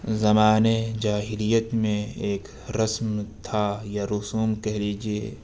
زمانے جاہلیت میں ایک رسم تھا یا رسوم کہہ لیجیے